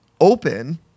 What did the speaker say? open